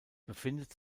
befindet